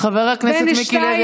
חבר הכנסת מיקי לוי,